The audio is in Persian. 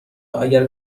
اگر